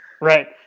Right